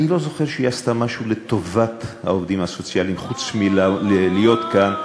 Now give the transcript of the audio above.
אני לא זוכר שהיא עשתה משהו לטובת העובדים הסוציאליים חוץ מלהיות כאן.